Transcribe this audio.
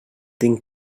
tinc